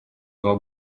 два